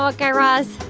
so guy raz?